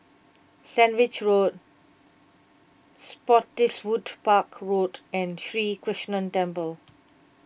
Sandwich Road Spottiswoode Park Road and Sri Krishnan Temple